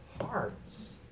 hearts